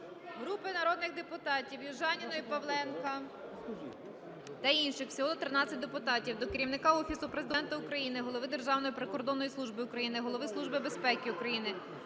Групи народних депутатів (Южаніної, Павленка та інших. Всього 13 депутатів) до Керівника Офісу Президента України, голови Державної прикордонної служби України, Голови Служби безпеки України,